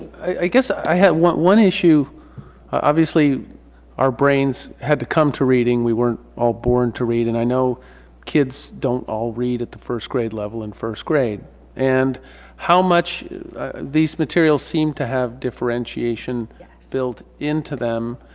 i guess i have one issue obviously our brains had to come to reading. we weren't all born to read and i know kids don't all read at the first grade level in first grade and how much these materials seem to have differentiation built into them.